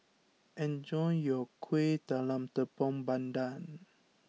enjoy your Kuih Talam Tepong Pandan